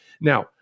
now